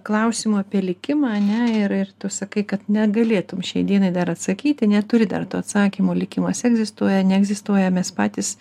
klausimu apie likimą ar ne ir ir tu sakai kad negalėtum šiai dienai dar atsakyti neturi dar to atsakymo likimas egzistuoja neegzistuoja mes patys